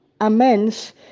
amends